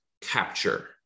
capture